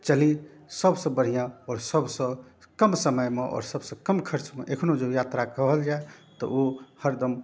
चली सबसँ बढ़िआँ आओर सबसँ कम समयमे आओर सबसँ कम खर्चमे एखनो जब यात्रा कहल जाए तऽ ओ हरदम